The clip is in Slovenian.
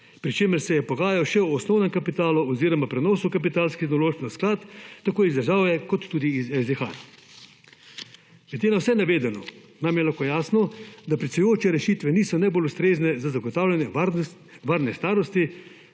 pri čemer se je pogajal še o osnovnem kapitalu oziroma prenosu kapitalskih naložb na sklad, tako iz države kot tudi iz SDH. Glede na vse navedeno nam je lahko jasno, da pričujoče rešitve niso najbolj ustrezne za zagotavljanje varne starosti,